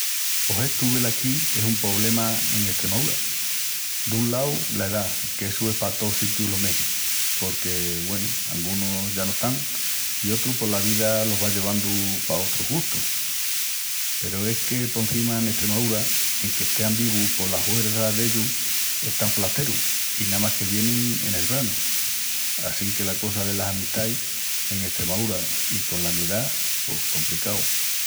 Pos estu velaquí es un pobrema en Estremaúra. Dun lau, la edá, qu'essu es pa tós sitius lo mesmu porque, güenu, angunus ya no están i sotrus pos la vida los va llevandu pa sotrus gustus. Peru es que porcima en Estremaúra, enque estean vivus pos la huerça d'ellus están folasterus i más que vienin en el branu. Assinque la cosa delas amistais en Estremaúra i cola mi edá, pos compricau.